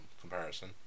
comparison